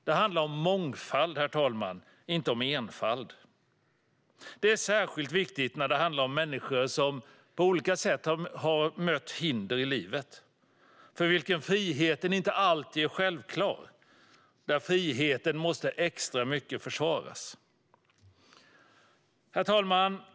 Det handlar om mångfald, herr talman, inte om enfald. Det är särskilt viktigt när det handlar om människor som på olika sätt har mött hinder i livet, människor för vilka friheten inte alltid är självklar och för vilka friheten måste försvaras extra mycket. Herr talman!